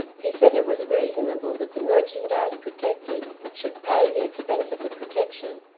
he said it was reasonable that the merchandise protected should pay the expense of the protection,